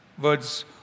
words